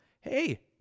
hey